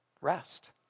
rest